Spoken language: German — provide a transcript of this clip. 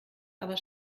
aber